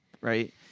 right